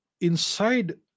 inside